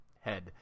head